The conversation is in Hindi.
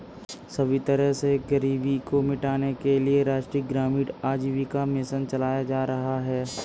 सभी तरह से गरीबी को मिटाने के लिये राष्ट्रीय ग्रामीण आजीविका मिशन चलाया जा रहा है